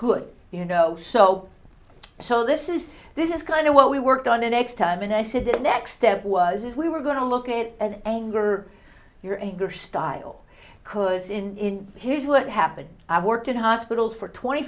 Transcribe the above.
good you know so so this is this is kind of what we worked on the next time and i said that next step was if we were going to look at an anger your anger style could in here's what happened i worked in hospitals for twenty